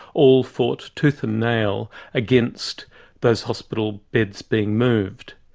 all fought tooth and nail against those hospital beds being moved.